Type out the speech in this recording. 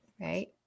right